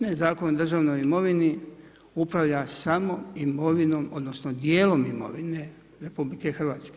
Ne, Zakon o državnoj imovini upravlja samo imovinom odnosno djelom imovine RH.